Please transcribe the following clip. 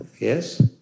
Yes